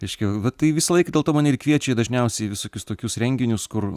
reiškia va tai visąlaik dėl to mane ir kviečia į dažniausiai visokius tokius renginius kur